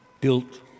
built